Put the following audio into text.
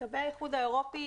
לגבי האיחוד האירופי,